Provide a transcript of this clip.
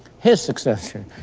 his successor,